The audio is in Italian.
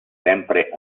sempre